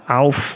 auf